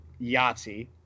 Yahtzee